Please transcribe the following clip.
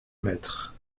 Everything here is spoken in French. maître